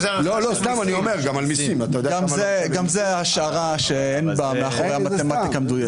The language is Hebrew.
גם זו השערה שאין מאחוריה מתמטיקה מדויקת.